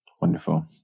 Wonderful